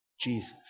Jesus